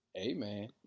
amen